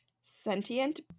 sentient